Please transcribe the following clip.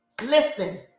Listen